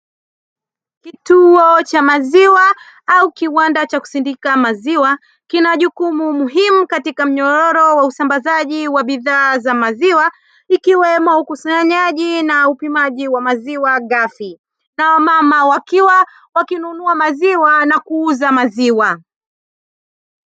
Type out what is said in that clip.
Kituo cha maziwa au kiwanda cha kusindika maziwa, kina jukumu muhimu katika mnyororo wa usambazaji wa bidhaa za maziwa ikiwemo ukusanyaji na upimaji wa maziwa ghafi na wamama wakiwa wakinunua maziwa na kuuza maziwa.